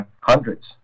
hundreds